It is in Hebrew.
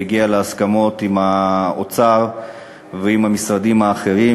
והגיעה להסכמות עם האוצר ועם המשרדים האחרים,